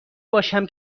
باشم